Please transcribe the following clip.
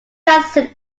transit